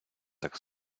так